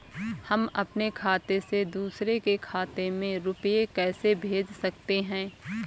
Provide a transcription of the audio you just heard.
हम अपने खाते से दूसरे के खाते में रुपये कैसे भेज सकते हैं?